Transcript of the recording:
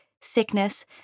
sickness